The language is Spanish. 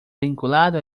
vinculado